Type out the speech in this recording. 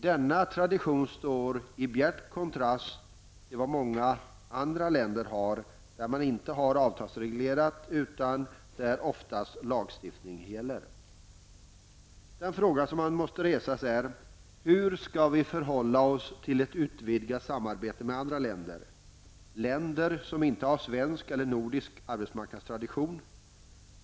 Denna tradition står i bjärt kontrast till vad många andra länder har, där man inte har avtalsreglering utan där oftast lagstiftning gäller. Den fråga som måste resas är: Hur skall vi förhålla oss till ett utvidgat samarbete med andra länder -- länder som inte har en svensk eller nordisk arbetsmarknadstradition?